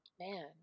Man